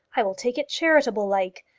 i will take it charitable like.